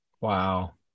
Wow